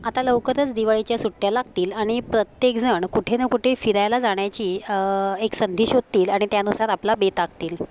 आता लवकरच दिवाळीच्या सुट्ट्या लागतील आणि प्रत्येकजण कुठे ना कुठे फिरायला जाण्याची एक संधी शोदतील आणि त्यानुसार आपला बेत आखतील